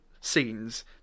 scenes